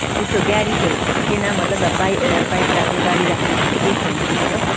ए त्यस्तो ग्यारिजहरू जस्तो थिएन मतलब अब बाइक राख्ने गाडी राख्ने जस्तो केही छैन त्यस्तो